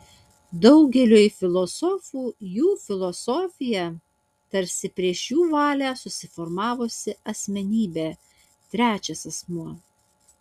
daugeliui filosofų jų filosofija tarsi prieš jų valią susiformavusi asmenybė trečias asmuo